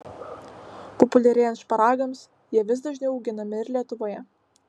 populiarėjant šparagams jie vis dažniau auginami ir lietuvoje